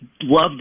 love